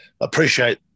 appreciate